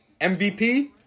MVP